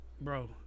Bro